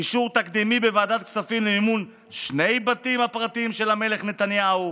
אישור תקדימי בוועדת כספים למימון שני הבתים הפרטיים של המלך נתניהו,